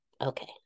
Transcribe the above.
Okay